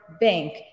bank